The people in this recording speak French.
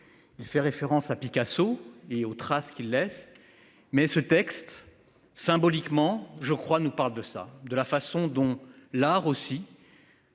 Il fait référence à Picasso et aux traces qu'il laisse mais ce texte symboliquement je crois nous parle de ça de la façon dont l'art aussi.